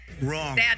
wrong